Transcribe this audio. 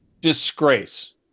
disgrace